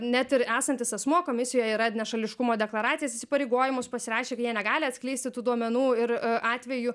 net ir esantis asmuo komisijoje yra nešališkumo deklaracijas įsipareigojimus pasirašę kad jie negali atskleisti tų duomenų ir atveju